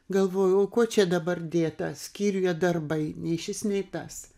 galvojau o kuo čia dabar dėta skyriuje darbai nei šis nei tas